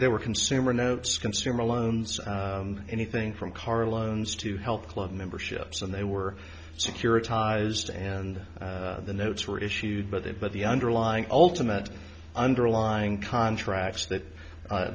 there were consumer notes consumer loans anything from car loans to health club memberships and they were securitized and the notes were issued by but the underlying ultimate underlying contracts that